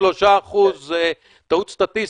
3% טעות סטטיסטית,